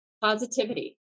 positivity